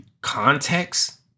context